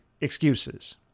excuses